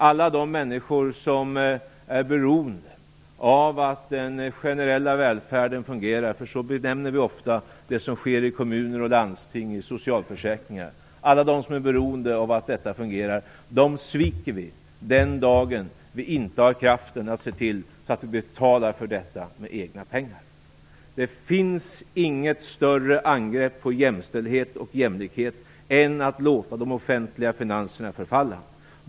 Alla de människor som är beroende av att den generella välfärden - som vi ofta benämner det som sker i kommuner, landsting och socialförsäkringar - fungerar, dem sviker vi den dag vi inte har kraften att betala för detta med egna pengar. Det finns inget större angrepp på jämställdhet och jämlikhet än att låta de offentliga finanserna förfalla.